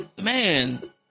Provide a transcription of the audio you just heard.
man